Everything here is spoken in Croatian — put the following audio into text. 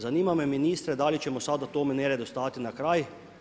Zanima me ministre, da li ćemo sad o tome neredu stati na kraj.